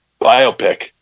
biopic